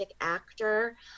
actor